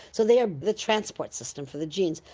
so they are the transport system for the genes.